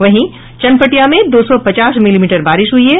वहीं चनपटिया में दो सौ पचास मिलीमीटर बारिश हुई है